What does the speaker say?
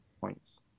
points